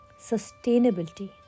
Sustainability